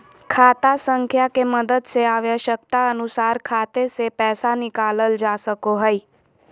खाता संख्या के मदद से आवश्यकता अनुसार खाते से पैसा निकालल जा सको हय